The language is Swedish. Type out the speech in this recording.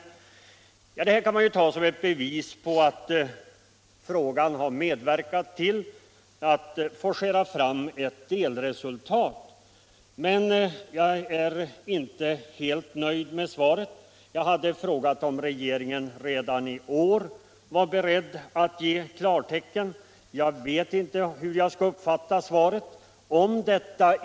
Detta besked kan man ta som ett bevis på att min fråga har medverkat till att forcera fram ett delresultat, men jag är ändå inte helt nöjd med svaret. Jag hade frågat om regeringen redan i år var beredd att ge klartecken, och jag vet inte hur jag skall uppfatta svaret.